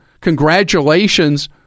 congratulations